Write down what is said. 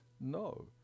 No